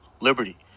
Liberty